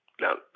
Now